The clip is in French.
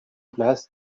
place